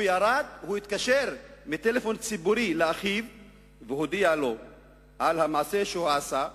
הוא ירד והתקשר מטלפון ציבורי לאחיו והודיע לו על המעשה שהוא עשה,